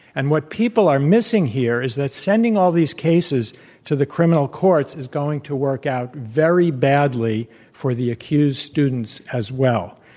and what people are missing here is that sending all these cases to the criminal courts is going to work out very badly for the accused students as well.